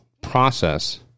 process